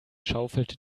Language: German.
schaufelte